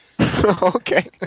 okay